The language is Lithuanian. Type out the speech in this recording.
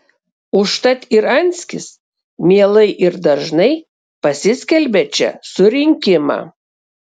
užtat ir anskis mielai ir dažnai pasiskelbia čia surinkimą